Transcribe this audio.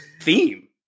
theme